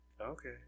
Okay